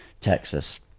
Texas